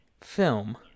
film